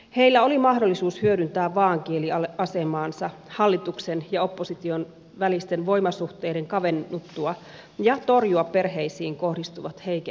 heillä oli mahdollisuus hyödyntää vaaankieliasemaansa hallituksen ja opposition välisten voimasuhteiden kavennuttua ja torjua perheisiin kohdistuvat heikennykset